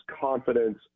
confidence